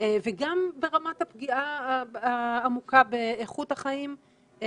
וגם ברמת הפגיעה העמוקה באיכות החיים.